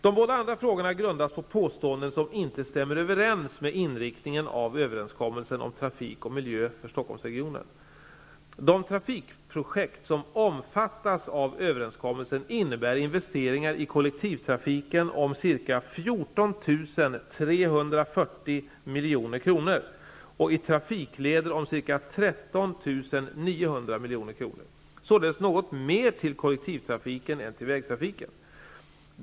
De båda andra frågorna grundas på påståenden som inte stämmer överens med inriktningen av överenskommelsen om trafik och miljö för milj.kr. och i trafikleder om ca 13 900 milj.kr., således något mer till kollektivtrafiken än till vägtrafiken.